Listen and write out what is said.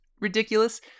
ridiculous